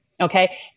Okay